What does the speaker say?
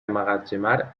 emmagatzemar